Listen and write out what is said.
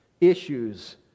issues